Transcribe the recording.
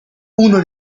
uno